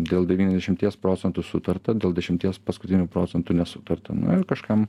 dėl devyniasdešimties procentų sutarta dėl dešimties paskutinių procentų nesutarta na ir kažkam